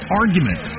argument